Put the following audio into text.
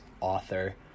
author